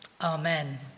Amen